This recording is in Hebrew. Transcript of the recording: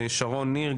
שרון ניר,